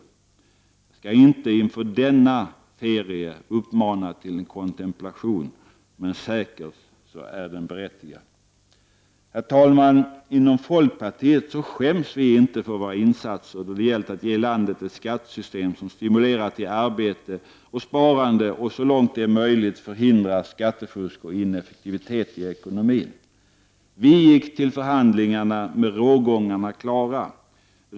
Jag skall inte inför denna ferie uppmana till kontemplation, men säkert är det berättigat. Herr talman! Inom folkpartiet skäms vi inte för våra insatser då det har gällt att ge landet ett skattesystem som stimulerar till arbete och sparande och så långt det är möjligt förhindra skattefusk och ineffektivitet i ekonomin. Vi gick till förhandlingarna med rågångarna klara.